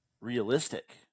realistic